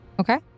Okay